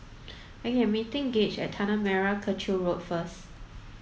I am meeting Gaige at Tanah Merah Kechil Road first